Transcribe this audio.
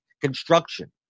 construction